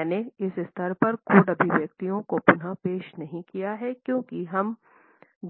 मैंने इस स्तर पर कोड अभिव्यक्तियाँ को पुन पेश नहीं किया है क्योंकि हम